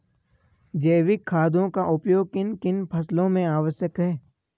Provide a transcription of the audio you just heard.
जैविक खादों का उपयोग किन किन फसलों में आवश्यक है?